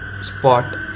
spot